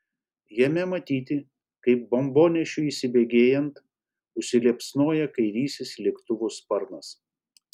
jame matyti kaip bombonešiui įsibėgėjant užsiliepsnoja kairysis lėktuvo sparnas